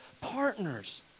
partners